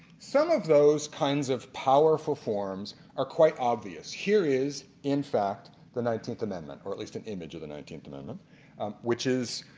some of those kinds of powerful forms are quite obvious. here is in fact the nineteenth amendment or at least an image of the nineteenth amendment which is